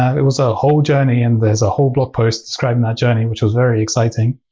it was a whole journey. and there's a whole blog post describing that journey, which was very exciting.